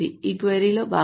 ఈ క్వరీ లో భాగం